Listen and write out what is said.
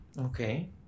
Okay